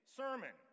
sermon